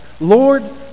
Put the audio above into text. Lord